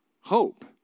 Hope